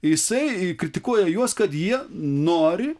jisai kritikuoja juos kad jie nori